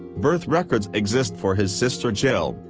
birth records exist for his sister jill,